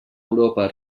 europa